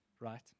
right